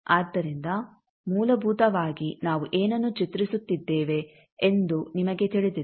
ಆದ್ದರಿಂದ ಮೂಲಭೂತವಾಗಿ ನಾವು ಏನನ್ನು ಚಿತ್ರಿಸುತ್ತಿದ್ದೇವೆ ಎಂದು ನಿಮಗೆ ತಿಳಿದಿದೆ